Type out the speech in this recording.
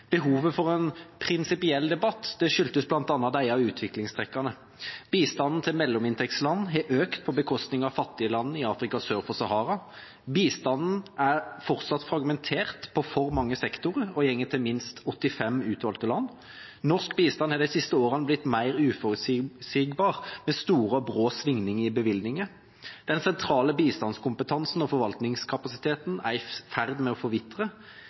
Behovet for en prinsipiell debatt skyldtes bl.a. disse utviklingstrekkene: Bistanden til mellominntektsland har økt på bekostning av fattige land i Afrika sør for Sahara. Bistanden er fortsatt fragmentert på mange sektorer og går til minst 85 utvalgte land. Norsk bistand har de siste årene blitt mer uforutsigbar, med store og brå svingninger i bevilgninger. Den sentrale bistandskompetansen og forvaltningskapasiteten er i ferd med å forvitre.